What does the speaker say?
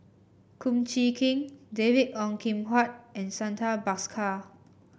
Kum Chee Kin David Ong Kim Huat and Santha Bhaskar